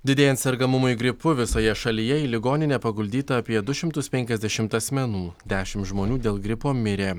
didėjant sergamumui gripu visoje šalyje į ligoninę paguldyta apie du šimtus penkiasdešimt asmenų dešimt žmonių dėl gripo mirė